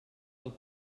del